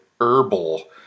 herbal